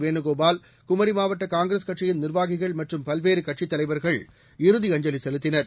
வேணுகோபால் குமரி மாவட்ட காங்கிரஸ் கட்சியின் நிர்வாகிகள் மற்றும் பல்வேறு கட்சித் தலைவர்கள் இறுதி அஞ்சலி செலுத்தினர்